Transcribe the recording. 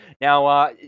Now